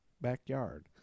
backyard